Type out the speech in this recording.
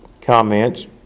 comments